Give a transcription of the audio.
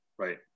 Right